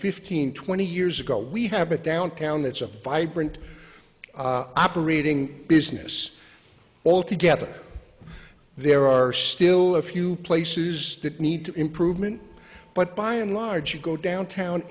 fifteen twenty years ago we have a downtown it's a vibrant operating business altogether there are still a few places that need improvement but by and large you go downtown